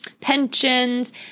pensions